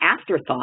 afterthought